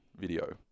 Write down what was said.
video